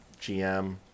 GM